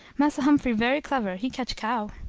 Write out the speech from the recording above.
massa humphrey very clever, he catch cow.